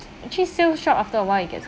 actually sales drop after a while it gets